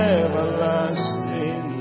everlasting